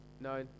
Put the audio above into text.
No